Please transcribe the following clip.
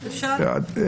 אפשר.